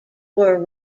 were